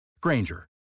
Granger